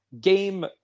game